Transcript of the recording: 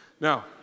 Now